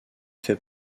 fait